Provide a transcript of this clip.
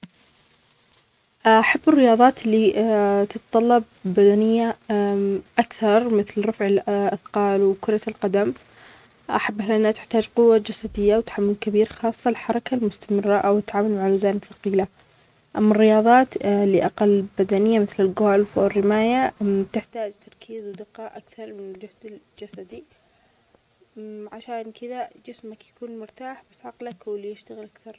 أحب الرياظات اللى تتطلب بدنية أكثر مثل رفع الأ-أثقال وكرة القدم، أحبها لأنها تحتاج قوة جسدية وتحمل كبير خاصة الحركة المستمرة أو التعامل مع أوزان ثقيلة، أما الرياظات الأقل بدنية مثل الجولف والرماية تحتاج تركيز ودقة أكثر من الجهد الجسدى، عشان كدا جسمك يكون مرتاح بس عقلك هو اللى يشتغل أكثر.